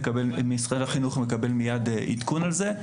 משרד החינוך מקבל מיד עדכון על זה.